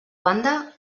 banda